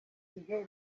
igihe